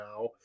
now